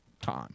time